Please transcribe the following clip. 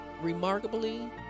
remarkably